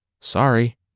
sorry